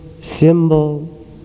symbol